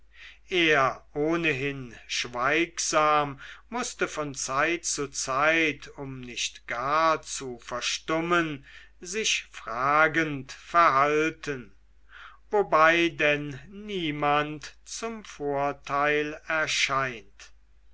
er ohnehin schweigsam mußte von zeit zu zeit um nicht gar zu verstummen sich fragend verhalten wobei denn niemand zum vorteil erscheint